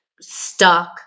stuck